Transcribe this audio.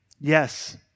yes